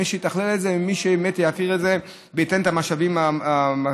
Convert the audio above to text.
מי שיתכלל את זה ומי שבאמת יעביר את זה וייתן את המשאבים המתאימים.